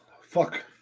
fuck